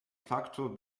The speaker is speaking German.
facto